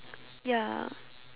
ya